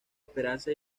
esperanza